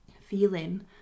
feeling